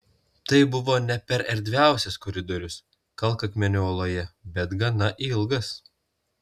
tai buvo ne per erdviausias koridorius kalkakmenio uoloje bet gana ilgas